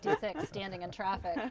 six standing in traffic,